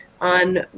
on